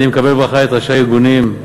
אני מקבל בברכה את ראשי הארגונים.